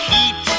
Heat